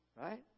right